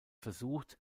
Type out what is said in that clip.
versucht